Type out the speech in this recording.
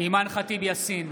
אימאן ח'טיב יאסין,